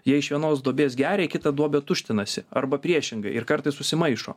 jie iš vienos duobės geria į kitą duobę tuštinasi arba priešingai ir kartais susimaišo